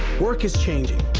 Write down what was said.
work is changing,